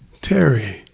Terry